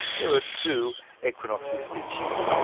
there are two equinoxes each year.